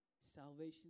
Salvation